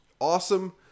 awesome